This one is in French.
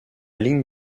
ligne